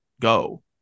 go